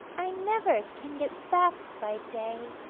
i never can get back by day,